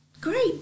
great